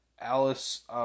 Alice